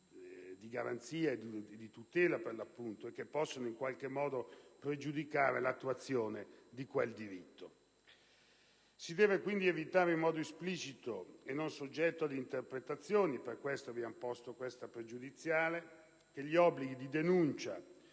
di garanzie e di tutela, che possono in qualche modo pregiudicare l'attuazione di quel diritto. Si deve quindi evitare in modo esplicito e non soggetto a interpretazioni - per questo abbiamo posto la questione pregiudiziale - che gli obblighi di denuncia